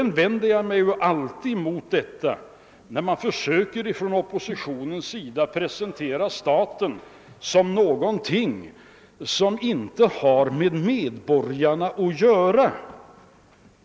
Jag vänder mig alltid mot att oppositionen försöker framställa staten som någonting som inte har med medborgarna att göra.